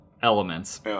Elements